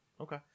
Okay